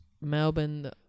Melbourne –